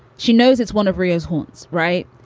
she knows it's one of rio's haunts. right.